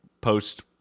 post